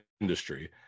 industry